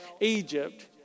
Egypt